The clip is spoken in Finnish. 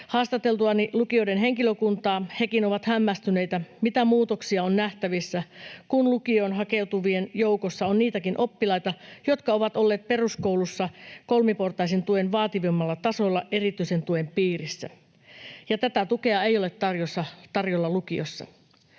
Haastateltuani lukioiden henkilökuntaa hekin ovat hämmästyneitä, mitä muutoksia on nähtävissä, kun lukioon hakeutuvien joukossa on niitäkin oppilaita, jotka ovat olleet peruskoulussa kolmiportaisen tuen vaativimmalla tasolla erityisen tuen piirissä, ja tätä tukea ei ole tarjolla lukiossa.